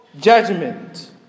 judgment